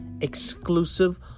exclusive